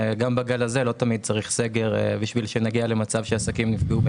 גם בגל הזה לא תמיד צריך סגר כדי שנגיע למצב שעסקים נפגעו.